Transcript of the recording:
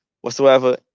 whatsoever